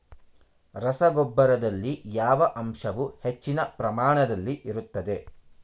ರಸಗೊಬ್ಬರದಲ್ಲಿ ಯಾವ ಅಂಶವು ಹೆಚ್ಚಿನ ಪ್ರಮಾಣದಲ್ಲಿ ಇರುತ್ತದೆ?